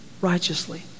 righteously